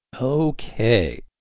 Okay